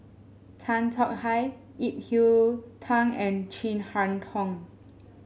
Tan Tong Hye Ip Yiu Tung and Chin Harn Tong